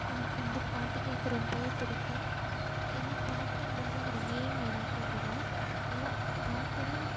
எனக்கு வந்து பாட்டு கேட்க ரொம்பவே பிடிக்கும் ஏன்னா பாட்டுன்றது ஒரு எய்ம் எனக்கு கூட ஏன்னா பாட்டு தான்